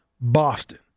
Boston